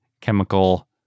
chemical